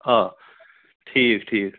آ ٹھیٖک ٹھیٖک